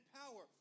power